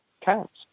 counts